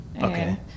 Okay